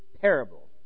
parable